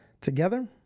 together